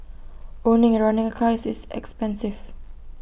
owning and running A car is this expensive